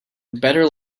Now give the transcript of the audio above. better